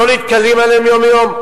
לא מתנכלים להם יום-יום?